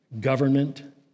Government